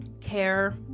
care